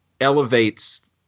elevates